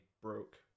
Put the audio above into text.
broke